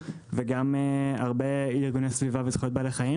וגם בשם הרבה ארגוני סביבה וזכויות בעלי חיים.